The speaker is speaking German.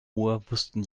wussten